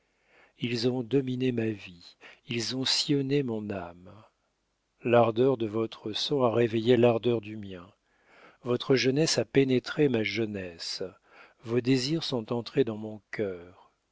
ils ont dominé ma vie ils ont sillonné mon âme l'ardeur de votre sang a réveillé l'ardeur du mien votre jeunesse a pénétré ma jeunesse vos désirs sont entrés dans mon cœur